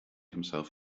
himself